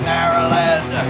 Maryland